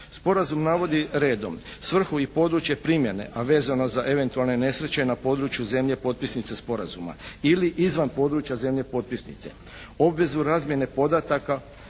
Sporazum navodi redom: svrhu i područje primjene, a vezano za eventualne nesreće na području zemlje potpisnice sporazuma ili izvan područja zemlje potpisnice, obvezu razmjene podataka